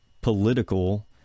political